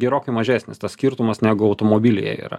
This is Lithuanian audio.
gerokai mažesnis tas skirtumas negu automobilyje yra